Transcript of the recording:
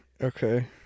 Okay